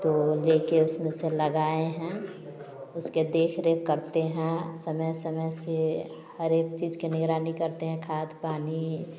तो लेके उसमे से लगाएँ हैं उसके देख रेख करते हैं समय समय से हर एक चीज के निगरानी करते हैं खाद पानी